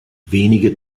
wenige